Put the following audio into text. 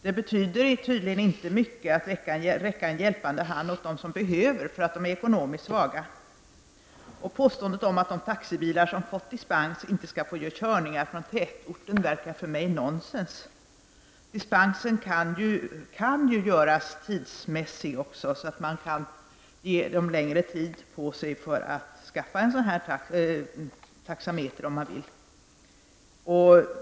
Det betyder tydligen inte mycket att man kan räcka en hjälpande hand åt dem som behöver hjälp därför att de är ekonomiskt svaga. Och påståendet att de taxibilar som fått dispens inte skall få utföra körningar från tätorten verkar för mig som nonsens. Dispensen kan ju göras tidsmässig, så att man kan ge vederbörande längre tid på sig för att skaffa en sådan här taxameter.